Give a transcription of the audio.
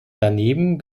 daneben